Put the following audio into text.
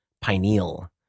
pineal